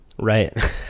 Right